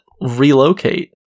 relocate